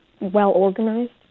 well-organized